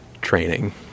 training